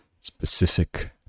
specific